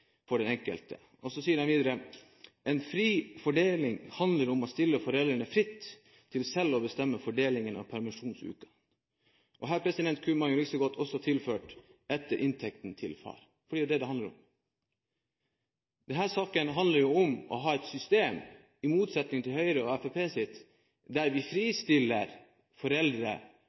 for den enkelte.» De sier videre: «En fri fordeling handler om å stille foreldrene fritt til selv å bestemme fordelingen av permisjonsukene.» Her kunne man likeså godt tilføyd «etter inntekten til far», for det er det dette handler om. Denne saken handler om å ha et system – i motsetning til Høyre og Fremskrittspartiet – der vi det første året fristiller foreldre